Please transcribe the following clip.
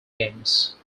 games